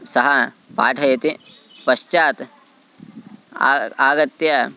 सः पाठयति पश्चात् आ आगत्य